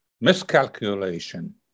miscalculation